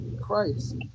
Christ